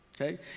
okay